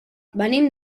venim